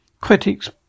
Critics